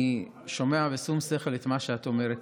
אני שומע בשום שכל את מה שאת אומרת.